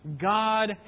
God